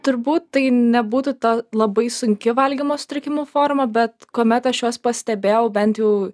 turbūt tai nebūtų ta labai sunki valgymo sutrikimų forma bet kuomet aš juos pastebėjau bent jau